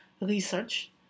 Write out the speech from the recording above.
research